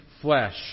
flesh